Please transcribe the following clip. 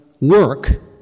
work